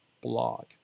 blog